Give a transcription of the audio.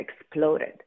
exploded